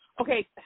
okay